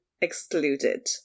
excluded